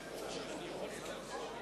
באיזה חוק?